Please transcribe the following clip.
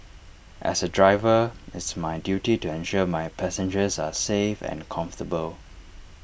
as A driver it's my duty to ensure my passengers are safe and comfortable